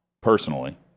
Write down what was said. personally